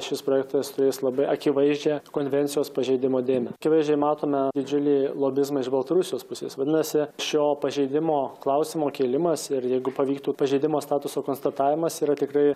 šis projektas turės labai akivaizdžią konvencijos pažeidimo dėmę akivaizdžiai matome didžiulį lobizmą iš baltarusijos pusės vadinasi šio pažeidimo klausimo kėlimas ir jeigu pavyktų pažeidimo statuso konstatavimas yra tikrai